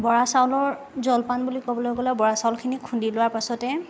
বৰা চাউলৰ জলপান বুলি ক'বলৈ গ'লে বৰা চাউলখিনি খুন্দি লোৱাৰ পাছতে